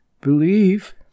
believe